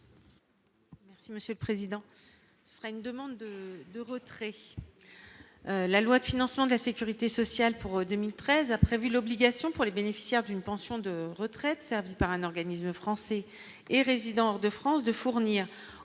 Merci monsieur le président, sera une demande de retrait, la loi de financement de la Sécurité sociale pour 2013 a prévu l'obligation pour les bénéficiaires d'une pension de retraite, servi par un organisme français et résidant hors de France, de fournir